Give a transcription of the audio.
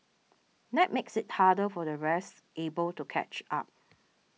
that makes it harder for the rest able to catch up